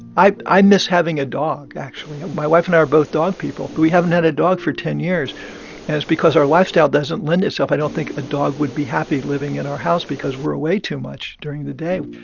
i i miss having a dog, actually. my wife and i are both dog people. but we haven't had a dog for ten years and it's because our lifestyle doesn't lend itself i don't think a dog would be happy living in our house because we're away too much during the day.